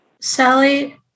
Sally